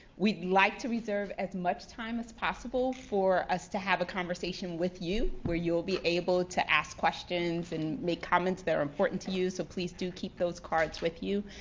we'd like to reserve as much time as possible for us to have a conversation with you where you'll be able to ask questions and make comments that are important to you. so please do keep those cards with you.